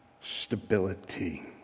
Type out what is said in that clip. stability